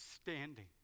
standing